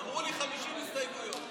אמרו לי 50 הסתייגויות.